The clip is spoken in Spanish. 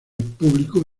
público